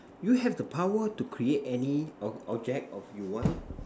you have the power to create any of object of you want